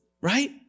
right